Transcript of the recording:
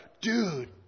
dude